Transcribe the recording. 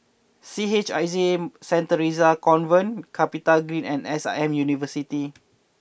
C H I J Saint Theresa's Convent CapitaGreen and S I M University